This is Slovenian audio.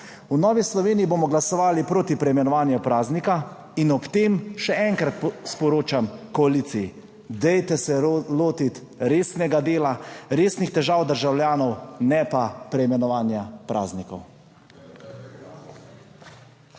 V Novi Sloveniji bomo glasovali proti preimenovanju praznika in ob tem še enkrat sporočam koaliciji – lotite se resnega dela, resnih težav državljanov, ne pa preimenovanja praznikov.